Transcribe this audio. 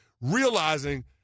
realizing